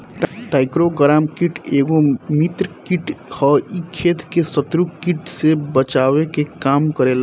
trichogramma कीट एगो मित्र कीट ह इ खेत के शत्रु कीट से बचावे के काम करेला